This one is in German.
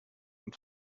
und